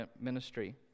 ministry